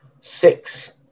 six